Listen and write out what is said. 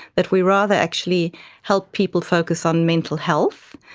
that we rather actually help people focus on mental health,